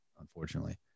unfortunately